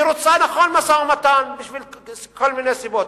נכון שהיא רוצה משא-ומתן בגלל כל מיני סיבות,